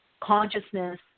consciousness